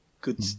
good